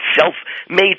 self-made